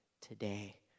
today